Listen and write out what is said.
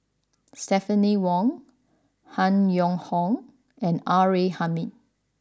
Stephanie Wong Han Yong Hong and R A Hamid